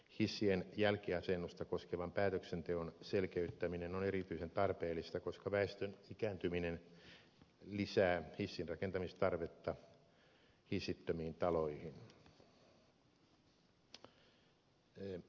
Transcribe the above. hissien jälkiasennusta koskevan päätöksenteon selkeyttäminen on erityisen tarpeellista koska väestön ikääntyminen lisää hissinrakentamistarvetta hissittömiin taloihin